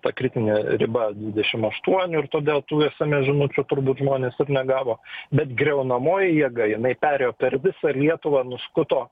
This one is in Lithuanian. ta kritinė riba dvidešim aštuoni ir todėl tų sms žinučių turbūt žmonės ir negavo bet griaunamoji jėga jinai perėjo per visą lietuvą nuskuto